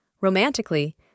romantically